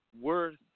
worth